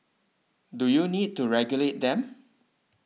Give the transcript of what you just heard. do you need to regulate them